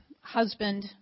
husband